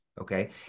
okay